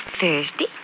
Thursday